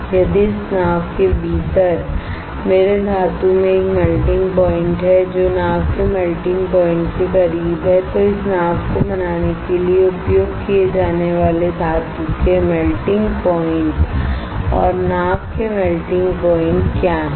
यदि इस नाव के भीतर मेरे धातु में एक मेल्टिंग प्वाइंट है जो नाव के मेल्टिंग प्वाइंट के करीब है तो इस नाव को बनाने के लिए उपयोग किए जाने वाले धातु के मेल्टिंग प्वाइंट और नाव के मेल्टिंग प्वाइंट क्या है